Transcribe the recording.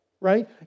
right